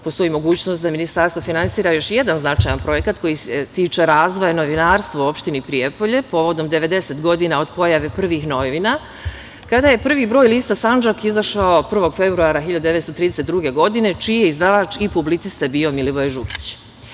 Postoji mogućnost da Ministarstvo finansira još jedan značajan projekat koji se tiče razvoja novinarstva u opštini Prijepolje povodom 90 godina od pojave prvih novina, kada je prvi broj lista "Sandžak" izašao 1. februara 1932. godine, čiji je izdavač i publicista bio Milivoje Žugić.